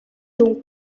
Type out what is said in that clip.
дүнг